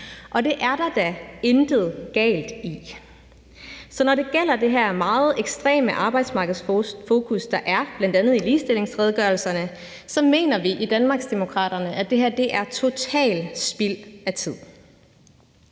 og det er der da intet galt i. Så når det gælder det her meget ekstreme arbejdsmarkedsfokus, der er, bl.a. i ligestillingsredegørelserne, så mener vi i Danmarksdemokraterne, at det her er totalt spild af tid.